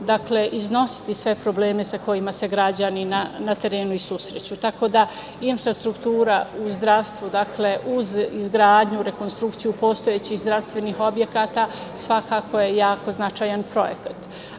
potrebno iznositi sve probleme sa kojima se građani na terenu susreću. Infrastruktura u zdravstvu, uz izgradnju, rekonstrukciju postojećih zdravstvenih objekata, svakako je jako značajan projekat. Treći